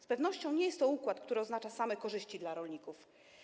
Z pewnością nie jest to układ, który oznacza same korzyści dla rolników.